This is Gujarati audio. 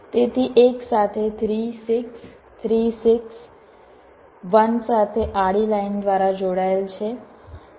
તેથી એકસાથે 3 6 3 6 1 સાથે આડી લાઇન દ્વારા જોડાયેલ છે